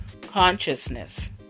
consciousness